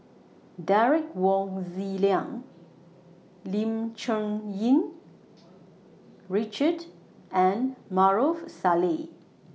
Derek Wong Zi Liang Lim Cherng Yih Richard and Maarof Salleh